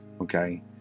Okay